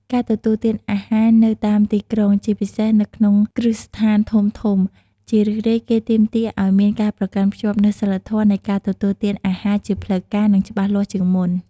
ការទទួលទានអាហារនៅតាមទីក្រុង ជាពិសេសនៅក្នុងគ្រឹះស្ថានធំៗ ជារឿយៗគេទាមទារឱ្យមានការប្រកាន់ខ្ជាប់នូវសីលធម៌នៃការទទួលទានអាហារជាផ្លូវការ និងច្បាស់លាស់ជាងមុន។